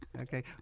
Okay